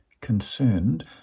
concerned